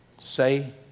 say